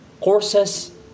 courses